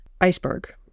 iceberg